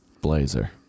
blazer